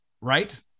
Right